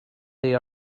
they